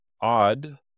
odd